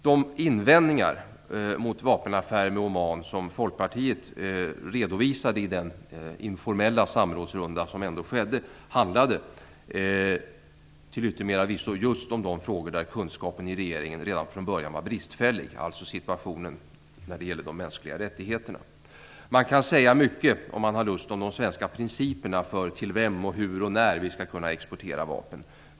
De invändningar mot vapenaffären med Oman som Folkpartiet redovisade i den informella samrådsrunda som ändå skedde handlade till yttermera visso just om de frågor där kunskapen i regeringen redan från början var bristfällig, dvs. situationen när det gäller de mänskliga rättigheterna. Man kan om man har lust säga mycket om de svenska principerna för till vem, hur och när vi skall kunna exportera vapen.